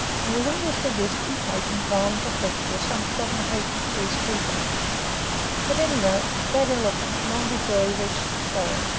whether it was the whisky taking violent effect or some sudden hatred for his keeper at any rate, that elephant, long before he reached the stove,